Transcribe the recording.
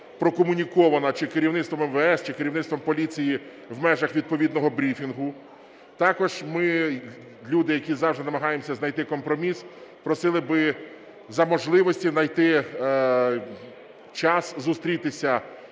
прокомунікована чи керівництвом МВС, чи керівництвом поліції в межах відповідного брифінгу. Також ми, люди, які завжди намагаємося знайти компроміс, просили би за можливості знайти час зустрітися